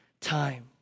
time